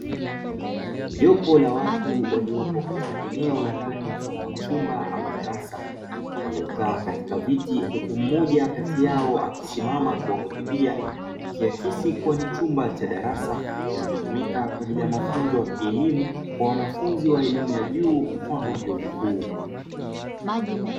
Jopo la watu waliopo katika eneo la ndani mfano wa chumba ama darasa, waliokaa katika viti huku mmoja kati yao akisimama kuwahutubia ikiakisi kuwa ni chumba cha darasa kinachotumika kwa ajili ya mafunzo ya kielimu kwa wanafunzi wa elimu ya juu mfano wa vyuo kikuu.